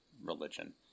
religion